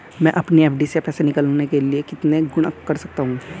मैं अपनी एफ.डी से पैसे निकालने के लिए कितने गुणक कर सकता हूँ?